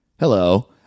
Hello